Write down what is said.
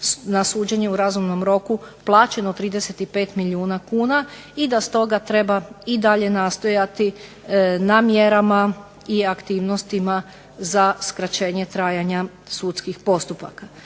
na suđenju u razumnom roku plaćeno 35 milijuna kuna i da stoga treba i dalje nastojati i na mjerama i aktivnostima za skraćenje trajanja sudskih postupaka.